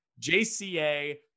JCA